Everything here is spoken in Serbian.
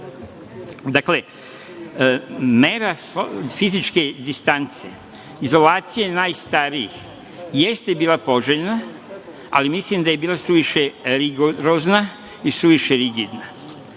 mera fizičke distance, izolacije najstarijih jeste bila poželjna, ali mislim da je bila suviše rigorozna i suviše rigidna.